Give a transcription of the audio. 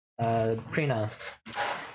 Prina